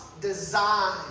design